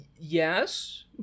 Yes